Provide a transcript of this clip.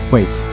Wait